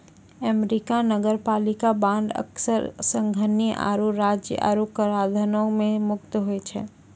America नगरपालिका bond अक्सर संघीय आरो राज्य आय कराधानो से मुक्त होय छै